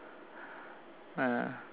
uh